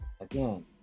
Again